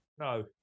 No